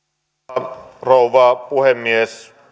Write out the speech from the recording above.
arvoisa rouva puhemies